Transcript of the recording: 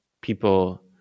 people